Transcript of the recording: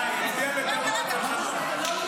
(הארכת מעצר לחשוד בעבירת ביטחון)